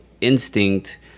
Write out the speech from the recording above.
instinct